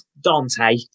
Dante